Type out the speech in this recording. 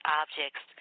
objects